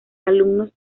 alumnos